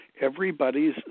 everybody's